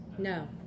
No